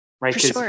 Right